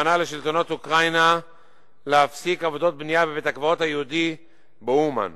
פנה לשלטונות אוקראינה להפסיק עבודות בנייה בבית-הקברות היהודי באומן.